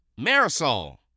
Marisol